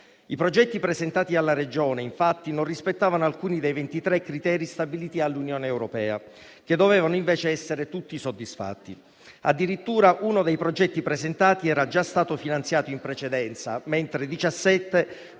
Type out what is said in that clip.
I progetti presentati dalla Regione, infatti, non rispettavano alcuni dei 23 criteri stabiliti dall'Unione europea, che dovevano invece essere tutti soddisfatti. Addirittura uno dei progetti presentati era già stato finanziato in precedenza, mentre 17